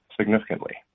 significantly